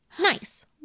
nice